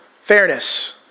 Fairness